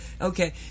okay